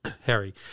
Harry